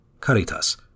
Caritas